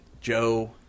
Joe